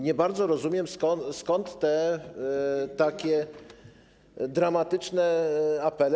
Nie bardzo rozumiem, skąd te takie dramatyczne apele.